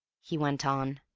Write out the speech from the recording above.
he went on.